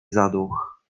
zaduch